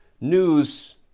news